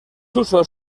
usos